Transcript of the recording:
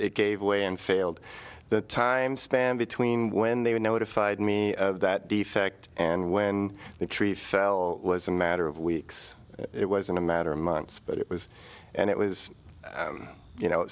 it gave way and failed the time span between when they were notified me of that defect and when the tree fell was a matter of weeks it wasn't a matter of months but it was and it was you know